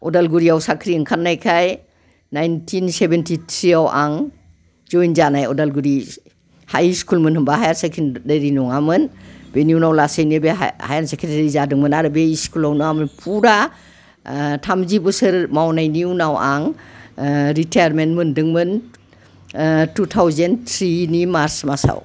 उदालगुरियाव साख्रि ओंखारनायखाय नाइन्टिन सेभेन्टिथ्रियाव आं जइन जानाय उदालगुरि हाइस्कुलमोन होमब्ला हायार सेकेण्डारि नङामोन बेनि उनाव लासैनो बे हायार सेकेण्डारि जादोंमोन आरो बे स्कुलावनो आं फुरा थामजि बोसोर मावनायनि उनाव आं रिटाइर्मेन्ट मोन्दोंमोन टु थावजेन्ड थ्रिनि मार्स मासाव